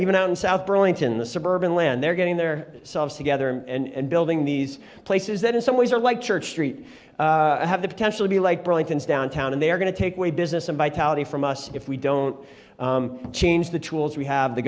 even out in south burlington the suburban land they're getting their selves together and building these places that in some ways are like church street have the potential to be like burlington's downtown and they are going to take away business and vitality from us if we don't change the tools we have the